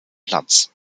platz